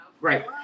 Right